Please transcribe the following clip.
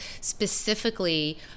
specifically